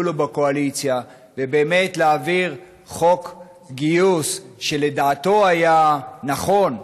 לו בקואליציה ובאמת להעביר חוק גיוס שלדעתו היה נכון,